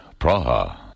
Praha